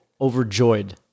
overjoyed